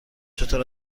چطور